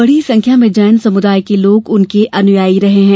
बड़ी संख्या में जैन समुदाय के लोग उनके अनुयायी रहे हैं